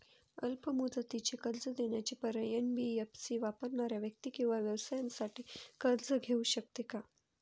अल्प मुदतीचे कर्ज देण्याचे पर्याय, एन.बी.एफ.सी वापरणाऱ्या व्यक्ती किंवा व्यवसायांसाठी कर्ज घेऊ शकते का?